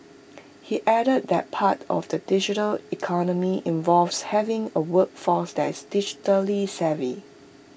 he added that part of the digital economy involves having A workforce that is digitally savvy